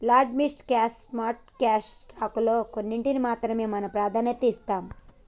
large mid cash small cash stock లో కొన్నింటికీ మాత్రమే మనం ప్రాధాన్యత ఇస్తాం